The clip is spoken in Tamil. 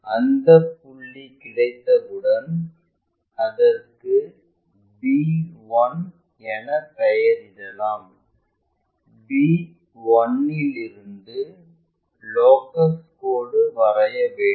அந்தப் புள்ளி கிடைத்தவுடன் அதற்கு b1 எனப் பெயரிடலாம் b1 இல் இருந்து லோக்கஸ் கோடு வரைய வேண்டும்